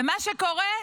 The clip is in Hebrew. ומה שקורה,